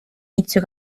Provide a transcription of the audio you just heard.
inizio